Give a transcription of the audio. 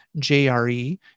JRE